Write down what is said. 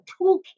toolkit